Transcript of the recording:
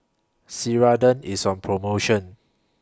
Ceradan IS on promotion